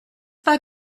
pas